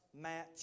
match